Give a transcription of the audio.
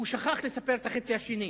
הוא שכח לספר את החצי השני.